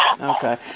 Okay